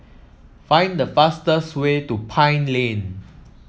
find the fastest way to Pine Lane